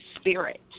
spirit